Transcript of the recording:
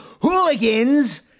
hooligans